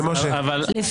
אבל זו סבירות אחרת,